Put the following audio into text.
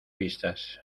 vistas